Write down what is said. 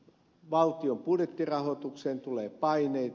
valtion budjettirahoitukseen tulee paineita